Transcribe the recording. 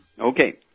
Okay